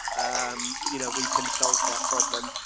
um you know we can solve that problem.